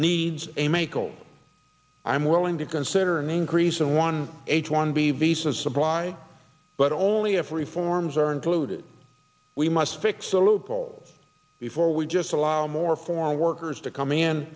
needs a medical i'm willing to consider an increase in one h one b visas supply but only if reforms are included we must fix the loopholes before we just allow more former workers to come in